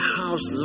house